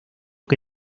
que